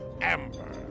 Amber